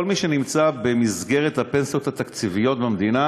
כל מי שנמצא במסגרת הפנסיות התקציביות במדינה,